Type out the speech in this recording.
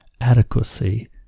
adequacy